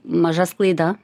maža sklaida